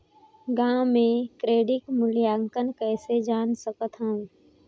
गांव म क्रेडिट मूल्यांकन कइसे जान सकथव?